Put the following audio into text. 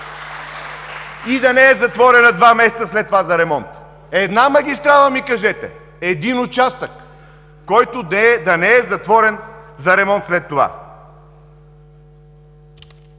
и да не е затворена два месеца след това за ремонт! Една магистрала ми кажете, един участък, който да не е затворен за ремонт след това!